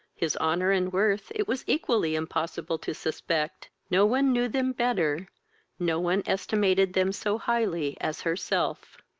his honour and worth it was equally impossible to suspect. no one knew them better no one estimated them so highly as herself.